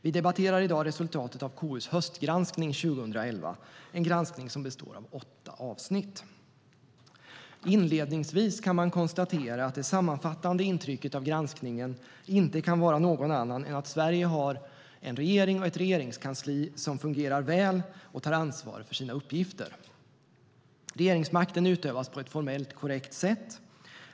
Vi debatterar i dag resultatet av KU:s höstgranskning 2011, en granskning som består av åtta avsnitt. Inledningsvis kan man konstatera att det sammanfattande intrycket av granskningen inte kan vara något annat än att Sverige har en regering och ett regeringskansli som fungerar väl och tar ansvar för sina uppgifter. Regeringsmakten utövas på ett formellt korrekt sätt.